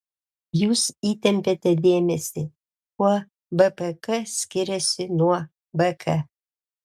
jūs įtempiate dėmesį kuo bpk skiriasi nuo bk